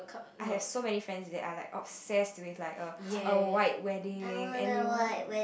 I have so many friends that are like obsessed if like a a white wedding and they were